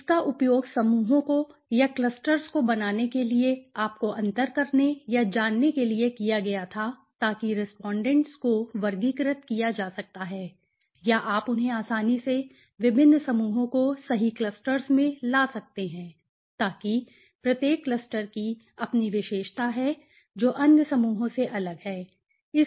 इसका उपयोग समूहों को या क्लस्टर्स को बनाने के लिए आपको अंतर करने या जानने के लिए किया गया था ताकि रेस्पोंडेंट्स को वर्गीकृत किया जा सकता है या आप उन्हें आसानी से विभिन्न समूहों को सही क्लस्टर्स में ला सकते हैं ताकि प्रत्येक क्लस्टर की अपनी विशेषता है जो अन्य समूहों से अलग है ठीक है